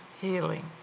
Healing